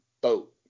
boat